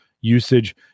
usage